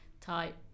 type